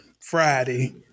Friday